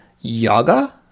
yoga